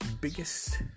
biggest